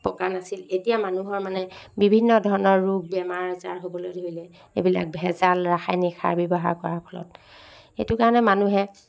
পকা নাছিল এতিয়া মানুহৰ মানে বিভিন্ন ধৰণৰ ৰোগ বেমাৰ আজাৰ হ'বলৈ ধৰিলে এইবিলাক ভেঁজাল ৰাসায়নিক সাৰ ব্যৱহাৰ কৰাৰ ফলত এইটো কাৰণে মানুহে